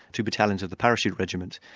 two battalions of the parachute regiment,